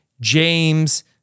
James